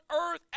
earth